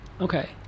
Okay